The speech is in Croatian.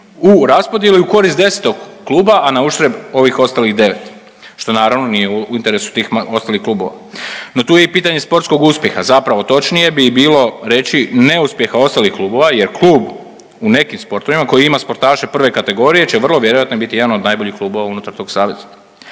u raspodjeli u korist 10 kluba, a na uštrb ovih ostalih 9 što naravno nije u interesu tih ostalih klubova. No, tu je i pitanje sportskog uspjeha. Zapravo točnije bi bilo reći neuspjeha ostalih klubova jer klub u nekim sportovima koji ima sportaše prve kategorije će vrlo vjerojatno biti jedan od najboljih klubova unutar tog saveza.